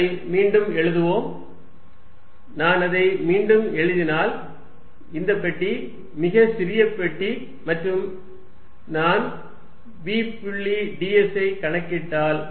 vx∂xy∂yz∂zxvxyvyzvzvx∂xvy∂yvz∂z அதை மீண்டும் எழுதுவோம் நான் அதை மீண்டும் எழுதினால் இந்த பெட்டி மிகச் சிறிய பெட்டி மற்றும் நான் v புள்ளி ds ஐக் கணக்கிட்டால்